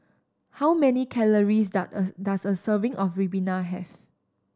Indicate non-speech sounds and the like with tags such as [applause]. how many calories [unintelligible] does a serving of ribena have